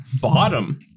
bottom